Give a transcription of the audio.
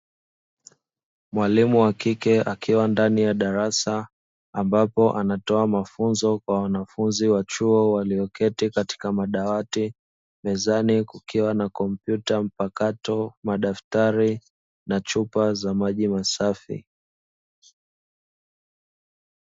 Mwalimu wa kike akiwa ndani ya darasa, ambapo anatoa mafunzo kwa wanafunzi wa chuo walioketi katika madawati. Mezani kukiwa na kompyuta mpakato, madaftari, na chupa za maji masafi.